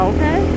Okay